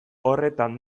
horretan